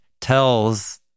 tells